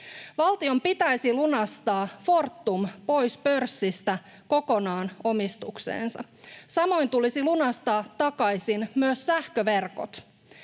Valtion pitäisi lunastaa Fortum pois pörssistä, kokonaan omistukseensa. Samoin tulisi lunastaa takaisin myös sähköverkot.